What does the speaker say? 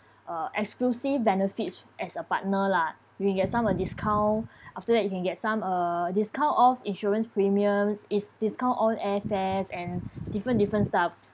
uh exclusive benefits as a partner lah you can get some uh discount after that you can get some uh discount off insurance premiums is discount on airfares and different different stuff